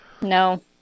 No